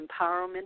Empowerment